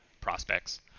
prospects